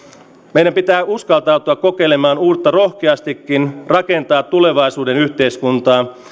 meidän pitää uskaltautua kokeilemaan uutta rohkeastikin rakentaa tulevaisuuden yhteiskuntaa